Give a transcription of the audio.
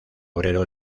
obrero